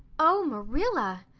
oh, marilla!